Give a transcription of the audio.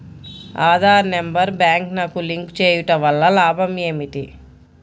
Aadhaar number బ్యాంక్నకు link చేయుటవల్ల లాభం ఏమిటి?